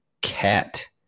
cat